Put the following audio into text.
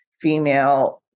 female